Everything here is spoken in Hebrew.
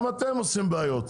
גם אתם עושים בעיות.